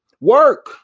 Work